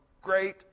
great